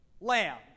lamb